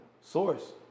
source